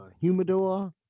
humidor